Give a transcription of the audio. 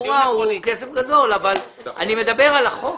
התחבורה זה כסף גדול אבל אני מדבר על החוק